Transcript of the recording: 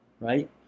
right